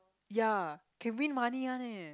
ya can win money one eh